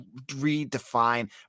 redefine